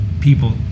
people